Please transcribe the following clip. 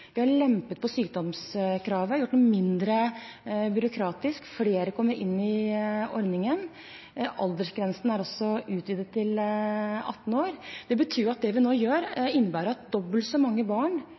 på sykdomskravet, vi har gjort den mindre byråkratisk, flere kommer inn i ordningen, og aldersgrensen er utvidet til 18 år. Det vi nå gjør, innebærer at